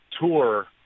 tour